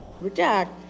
reject